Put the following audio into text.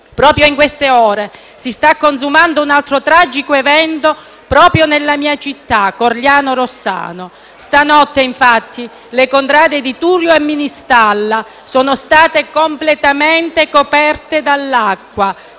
Proprio in queste ore si sta consumando un altro tragico evento proprio nella mia città Corigliano-Rossano. Stanotte, infatti, le contrade di Thurio e Ministalla sono state completamente coperte dall'acqua,